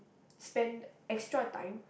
spend extra time